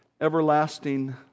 everlasting